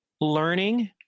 learning